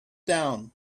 down